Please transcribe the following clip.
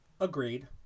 Agreed